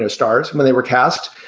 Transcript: ah stars when they were cast.